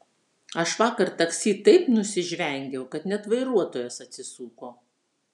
aš vakar taksi taip nusižvengiau kad net vairuotojas atsisuko